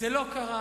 זה לא קרה.